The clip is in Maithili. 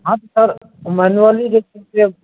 हम सर मैनुअली जे छै से